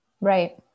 right